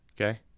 Okay